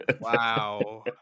Wow